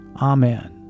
Amen